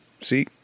See